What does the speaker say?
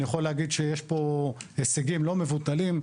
אני יכול להגיד שיש פה הישגים לא מבוטלים,